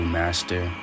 master